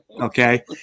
Okay